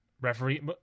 referee